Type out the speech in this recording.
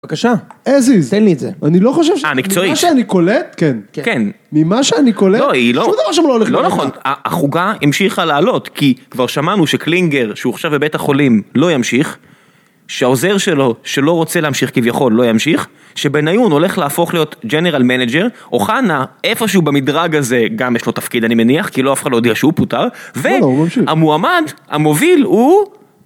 בבקשה עזיז תן לי את זה מקצועי אני לא חושב ממה שאני קולט כן כן ממה שאני קולט לא היא לא לא נכון החוגה המשיכה להעלות כי כבר שמענו שקלינגר שהוא עכשיו בבית החולים לא ימשיך. שהעוזר שלו שלא רוצה להמשיך כביכול לא ימשיך שבניון הולך להפוך להיות ג'נרל מנג'ר אוחנה איפשהו במדרג הזה גם יש לו תפקיד אני מניח כי לא אף אחד הודיע שהוא פוטר הוא ממשיך והמועמד המוביל הוא.